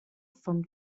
from